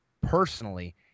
personally